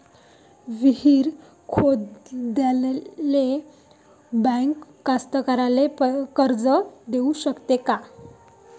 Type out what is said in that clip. विहीर खोदाले बँक कास्तकाराइले कर्ज देऊ शकते का?